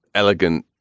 elegant,